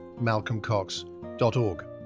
malcolmcox.org